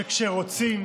שכשרוצים,